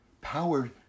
power